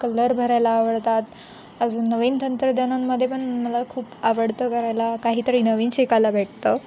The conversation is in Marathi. कलर भरायला आवडतात अजून नवीन तंत्रज्ञानांमध्ये पण मला खूप आवडतं करायला काहीतरी नवीन शिकायला भेटतं